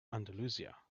andalusia